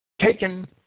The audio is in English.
taken